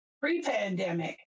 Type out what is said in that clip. pre-pandemic